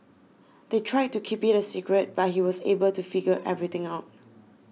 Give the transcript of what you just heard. they tried to keep it a secret but he was able to figure everything out